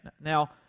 Now